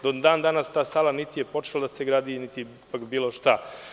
Do dan danas ta sala niti je počela da se gradi, niti bilo šta.